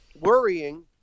worrying